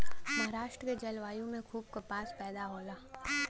महाराष्ट्र के जलवायु में खूब कपास पैदा होला